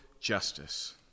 justice